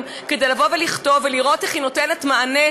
כדי לכתוב ולראות איך היא נותנת מענה,